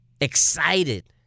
excited